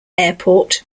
airport